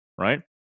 right